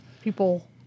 people